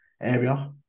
area